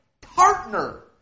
partner